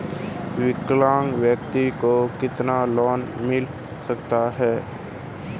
विकलांग व्यक्ति को कितना लोंन मिल सकता है?